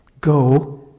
Go